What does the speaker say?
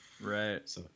Right